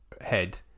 head